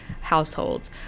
households